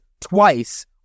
twice